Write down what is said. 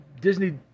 Disney